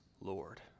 Lord